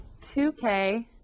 2K